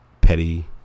Petty